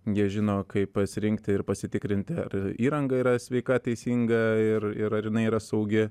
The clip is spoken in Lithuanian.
jie žino kaip pasirinkti ir pasitikrinti ar įranga yra sveika teisinga ir ir ar jinai yra saugi